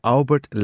Albert